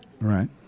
Right